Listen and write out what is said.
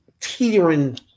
teetering